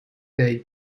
day